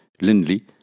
Lindley